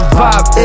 vibe